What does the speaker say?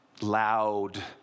loud